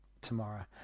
tomorrow